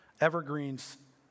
Evergreens